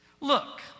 Look